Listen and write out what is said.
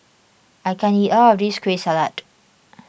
I can't eat all of this Kueh Salat